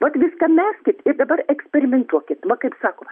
vat viską meskit ir dabar eksperimentuokit va kaip sako